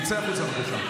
תצא החוצה, בבקשה.